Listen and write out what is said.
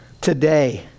today